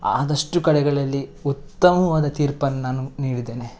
ಆದಷ್ಟು ಕಡೆಗಳಲ್ಲಿ ಉತ್ತಮವಾದ ತೀರ್ಪನ್ನು ನಾನು ನೀಡಿದ್ದೇನೆ